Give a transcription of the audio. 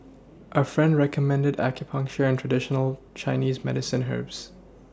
a friend recommended acupuncture and traditional Chinese medicine herbs